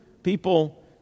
People